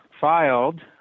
filed